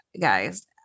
guys